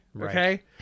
Okay